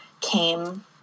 came